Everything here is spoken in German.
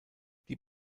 die